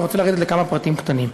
ורוצה לרדת לכמה פרטים קטנים.